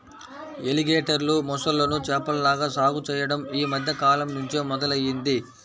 ఎలిగేటర్లు, మొసళ్ళను చేపల్లాగా సాగు చెయ్యడం యీ మద్దె కాలంనుంచే మొదలయ్యింది